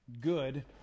good